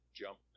jump